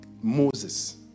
moses